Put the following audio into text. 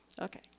Okay